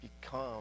become